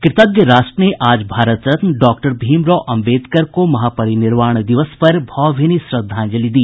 कृतज्ञ राष्ट्र ने आज भारत रत्न डॉक्टर भीमराव अम्बेदकर के महापरिनिर्वाण दिवस पर भावभीनी श्रद्धांजलि दी